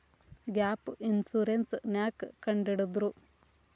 Gap insurance ನ್ಯಾಕ್ ಕಂಢಿಡ್ದ್ರು?